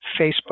Facebook